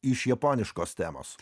iš japoniškos temos